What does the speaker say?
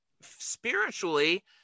spiritually